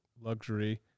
luxury